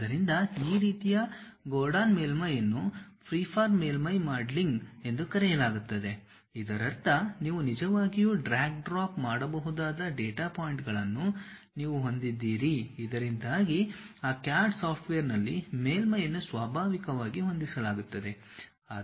ಆದ್ದರಿಂದ ಈ ರೀತಿಯ ಗೋರ್ಡಾನ್ ಮೇಲ್ಮೈಯನ್ನು ಫ್ರೀಫಾರ್ಮ್ ಮೇಲ್ಮೈ ಮಾಡೆಲಿಂಗ್ ಎಂದು ಕರೆಯಲಾಗುತ್ತದೆ ಇದರರ್ಥ ನೀವು ನಿಜವಾಗಿಯೂ ಡ್ರ್ಯಾಗ್ ಡ್ರಾಪ್ ಮಾಡಬಹುದಾದ ಡೇಟಾ ಪಾಯಿಂಟ್ಗಳನ್ನು ನೀವು ಹೊಂದಿದ್ದೀರಿ ಇದರಿಂದಾಗಿ ಆ CAD ಸಾಫ್ಟ್ವೇರ್ನಲ್ಲಿ ಮೇಲ್ಮೈಯನ್ನು ಸ್ವಾಭಾವಿಕವಾಗಿ ಹೊಂದಿಸಲಾಗುತ್ತದೆ